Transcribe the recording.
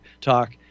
talk